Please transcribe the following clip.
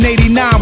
89